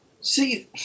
See